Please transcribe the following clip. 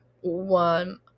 one